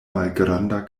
malgranda